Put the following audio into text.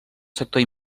sector